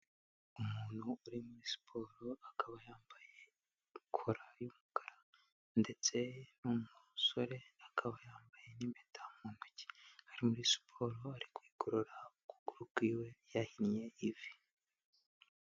Umuntu uri muri siporo akaba yambaye kora y'umukara ndetse ni umusore akaba yambaye n'impeta mu ntoki ari muri siporo, ari kwigorora ukuguru kwiwe yahinnye ivi.